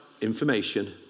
information